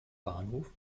bahnhof